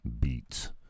beats